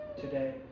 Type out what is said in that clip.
today